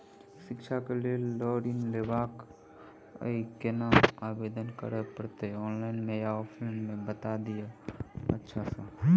शिक्षा केँ लेल लऽ ऋण लेबाक अई केना आवेदन करै पड़तै ऑनलाइन मे या ऑफलाइन मे बता दिय अच्छा सऽ?